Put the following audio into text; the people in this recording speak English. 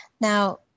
now